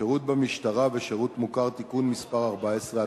(שירות במשטרה ושירות מוכר) (תיקון מס' 14),